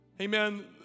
amen